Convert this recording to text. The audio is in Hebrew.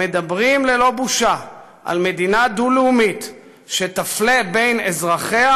המדברים ללא בושה על מדינה דו-לאומית שתפלה בין אזרחיה,